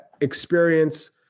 Experience